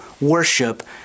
worship